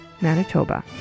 Manitoba